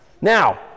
Now